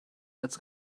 als